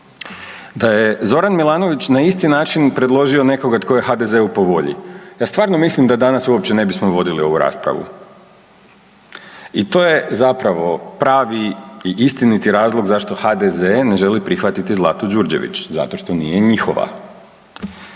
Da je Zoran Milanović na isti način predložio nekoga tko je HDZ-u po volji, ja stvarno mislim da danas uopće ne bismo vodili ovu raspravu i to je zapravo pravi i istiniti razlog zašto HDZ ne želi prihvatiti Zlatu Đurđević, zato što nije njihova.